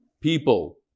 people